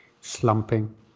slumping